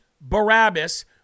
Barabbas